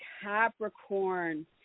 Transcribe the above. Capricorn